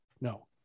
No